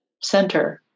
center